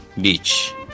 Beach